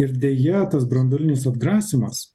ir deja tas branduolinis atgrasymas